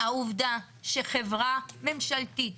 העובדה שחברה ממשלתית